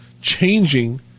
changing